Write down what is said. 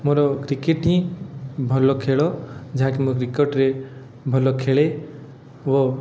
ମୋର କ୍ରିକେଟ ହିଁ ଭଲ ଖେଳ ଯାହାକି ମୁଁ ନିକଟରେ ଭଲ ଖେଳେ ଓ